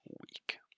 week